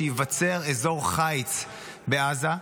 שייווצר אזור חיץ בעזה,